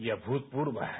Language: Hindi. ये अभुतपूर्व है